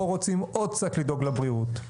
פה רוצים עוד קצת לדאוג לבריאות,